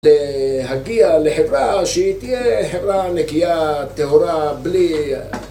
להגיע לחברה שהיא תהיה חברה נקייה, טהורה, בלי...